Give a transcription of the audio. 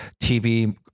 TV